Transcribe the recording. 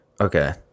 Okay